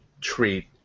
treat